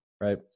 right